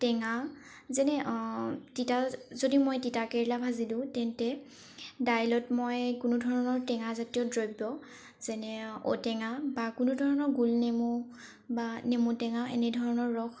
টেঙা যেনে তিতা যদি মই তিতা কেৰেলা ভাজিলো তেন্তে দাইলত মই কোনোধৰণৰ টেঙা জাতীয় দ্ৰব্য যেনে ঔ টেঙা বা কোনো ধৰণৰ গোল নেমু বা নেমুটেঙা এনেধৰণৰ ৰস